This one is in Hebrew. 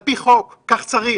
על פי חוק, וכך צריך.